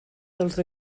dels